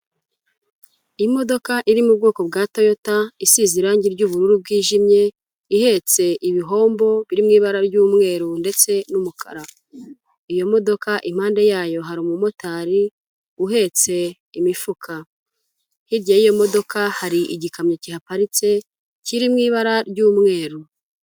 Imodoka iri mu bwoko bwa Toyota isize irangi ry'ubururu bwijimye, ihetse ibihombo biri mu ibara ry'umweru ndetse n'umukara. Iyo modoka impande yayo hari umumotari uhetse imifuka, hirya y'iyo modoka hari igikamyo kihaparitse kiri mu ibara ry'umweru.